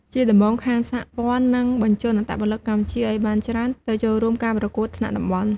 ជាដំបូងខាងសហព័ន្ធនឹងបញ្ជូនអត្តពលិកកម្ពុជាឲ្យបានច្រើនទៅចូលរួមការប្រកួតថ្នាក់តំបន់។